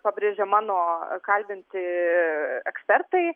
pabrėžia mano kalbinti ekspertai